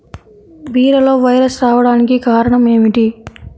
బీరలో వైరస్ రావడానికి కారణం ఏమిటి?